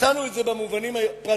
מצאנו את זה במובנים הפרטיים,